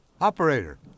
Operator